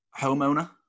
homeowner